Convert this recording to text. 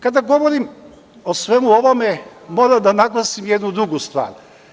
Kada govorim o svemu ovome, moram da naglasim jednu drugu stvar.